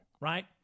right